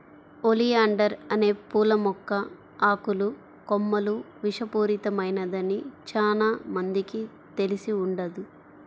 oleander అనే పూల మొక్క ఆకులు, కొమ్మలు విషపూరితమైనదని చానా మందికి తెలిసి ఉండదు